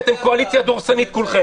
כי אתם קואליציה דורסנית כולכם.